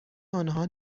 آنها